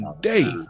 day